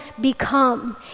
become